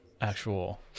actual